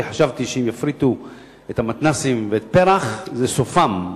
כי חשבתי שאם יפריטו את המתנ"סים ואת פר"ח זה סופם,